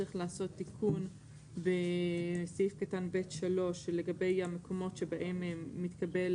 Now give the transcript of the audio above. צריך לעשות תיקון בסעיף קטן (ב)(3) לגבי המקומות שבהם מתקבל